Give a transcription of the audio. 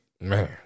Man